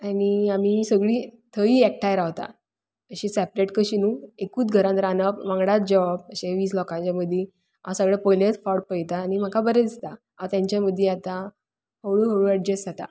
आनी आमी सगळीं थंय एकठांय रावता अशी सेपरेट कशी न्हय एकूच घरान रांदप वांगडात जेवप अशे वीस लोकांच्या मदीं हांव सगळें पयलेच फावट पळयंता आनी म्हाका बरे दिसता हांव तांच्या मदी आतां हळू हळू अडजेस्ट जाता